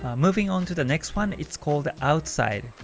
ah moving on to the next one, it's called outside.